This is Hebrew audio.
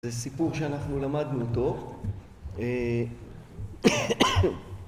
זה סיפור שאנחנו למדנו אותו (משתעל)